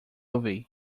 ouvi